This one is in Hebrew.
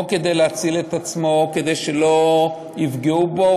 או כדי להציל את עצמו או כדי שלא יפגעו בו,